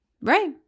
Right